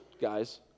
guys